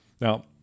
Now